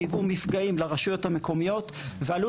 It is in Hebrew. שהיוו מפגעים לרשויות המקומיות ועלו